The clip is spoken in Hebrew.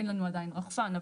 אין לנו עדיין רחפן.